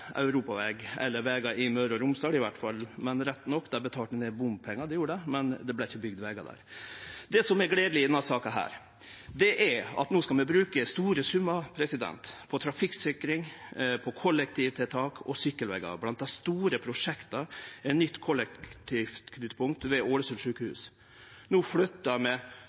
europaveg – eller vegar i Møre og Romsdal i alle fall. Rett nok betalte dei ein del bompengar, men det vart ikkje bygt vegar der. Det som er gledeleg i denne saka, er at no skal vi bruke store summar på trafikksikring, på kollektivtiltak og sykkelvegar. Blant dei store prosjekta er nytt kollektivknutepunkt ved Ålesund sjukehus. No